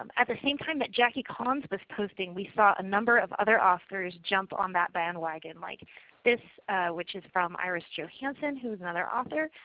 um at the same time that jackie collins was posting we saw a number of other authors jump on that bandwagon like this which is from iris johansen who is another author,